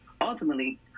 ultimately